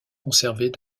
conservée